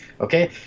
Okay